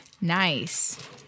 Nice